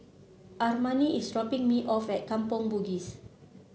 Armani is dropping me off at Kampong Bugis